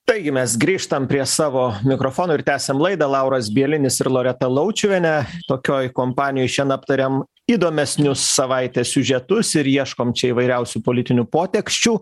taigi mes grįžtam prie savo mikrofono ir tęsiam laidą lauras bielinis ir loreta laučiuvienė tokioj kompanijoj šen aptariam įdomesnius savaitės siužetus ir ieškom čia įvairiausių politinių poteksčių